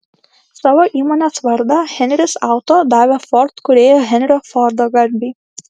savo įmonės vardą henris auto davė ford kūrėjo henrio fordo garbei